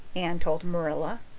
anne told marilla.